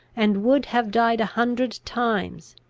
and would have died a hundred times